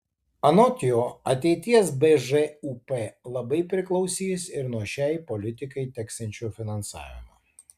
anot jo ateities bžūp labai priklausys ir nuo šiai politikai teksiančio finansavimo